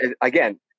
again